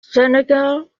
senegal